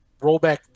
Rollback